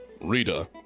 Rita